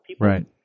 Right